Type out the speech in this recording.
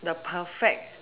the perfect